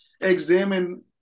examine